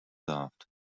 loved